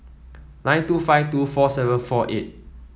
nine two five two four seven four eight